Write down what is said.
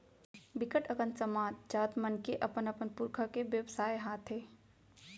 बिकट अकन समाज, जात मन के अपन अपन पुरखा के बेवसाय हाथे